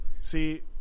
see